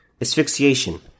Asphyxiation